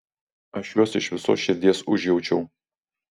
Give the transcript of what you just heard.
aš juos iš visos širdies užjaučiau